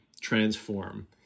transform